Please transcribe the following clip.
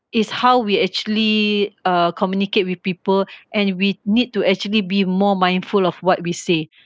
it's how we actually uh communicate with people and we need to actually be more mindful of what we say